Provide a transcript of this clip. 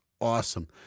awesome